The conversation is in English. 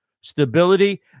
stability